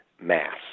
mass